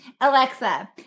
Alexa